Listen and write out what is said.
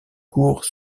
cours